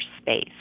space